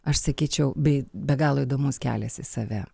aš sakyčiau bei be galo įdomus kelias į save